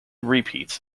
repeats